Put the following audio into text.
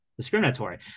discriminatory